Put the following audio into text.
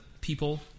people